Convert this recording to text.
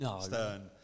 Stern